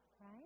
Right